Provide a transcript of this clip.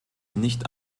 nicht